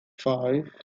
five